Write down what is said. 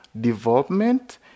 Development